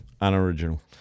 Unoriginal